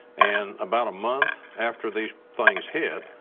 and about a month after these things hit,